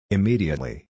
Immediately